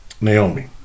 Naomi